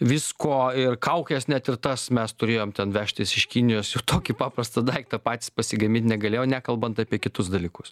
visko ir kaukes net ir tas mes turėjom ten vežtis iš kinijos jau tokį paprastą daiktą patys pasigamint negalėjo nekalbant apie kitus dalykus